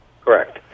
Correct